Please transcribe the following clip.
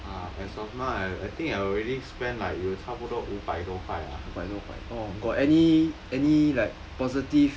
ah as of now I I think I already spent like 有差不多五百多块啊